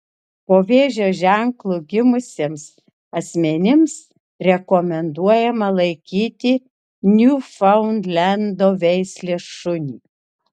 po vėžio ženklu gimusiems asmenims rekomenduojama laikyti niufaundlendo veislės šunį